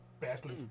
badly